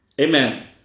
Amen